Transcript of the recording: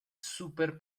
súper